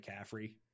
McCaffrey